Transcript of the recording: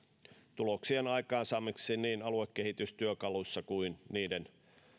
tuloksien aikaansaamiseksi niin aluekehitystyökaluissa kuin niiden